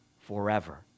forever